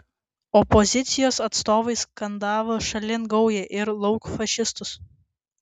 opozicijos atstovai skandavo šalin gaują ir lauk fašistus